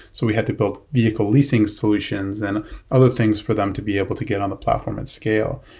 so we had to build vehicle leasing solutions and other things for them to be able to get on the platform and scale.